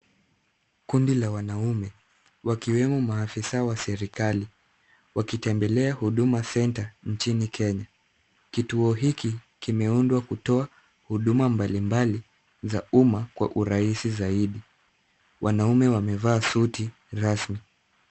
Kundi la wanaume, wakiwemo mafisa wa serikali, wakitembelea huduma center nchini Kenya. Kituo hiki kimeundwa kutoa huduma mbalimbali za umma kwa urahisi zaidi. Wanaume wamevaa suti rasmi.